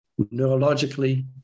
neurologically